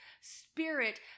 spirit